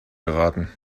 geraten